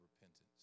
repentance